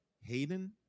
Hayden